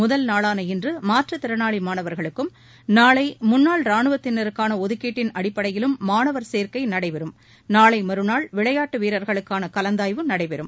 முதல் நாளான இன்று மாற்றுத் திறனாளி மாணவர்களுக்கும் நாளை முன்னாள் ராணுவத்திற்கான ஒதுக்கீட்டின் அடிப்படையிலும் மாணவர் சேர்க்கை நடைபெறும் நாளை மறுநாள் விளையாட்டு வீரர்களுக்கான கலந்தாய்வு நடைபெறும்